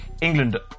England